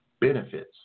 benefits